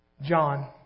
John